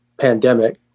pandemic